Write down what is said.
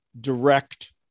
direct